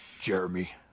Jeremy